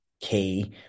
key